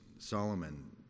Solomon